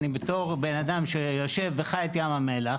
אני בתור בן אדם שיושב וחי את ים המלח,